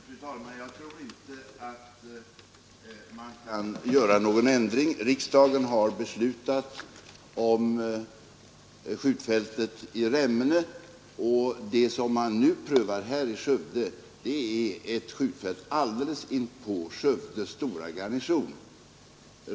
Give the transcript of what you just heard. Fru talman! Jag tror inte att man kan göra någon ändring. Riksdagen har beslutat om skjutfältet i Remmene, och det som man nu prövar i Skövde är ett skjutfält alldeles intill Skövde stora garnison.